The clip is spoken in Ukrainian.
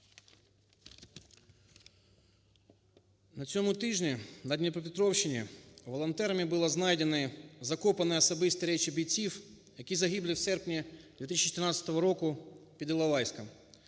На цьому тижні на Дніпропетровщині волонтерами були знайдені закопані особисті речі бійців, якізагибли в серпні 2014 року під Іловайськом.